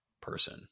person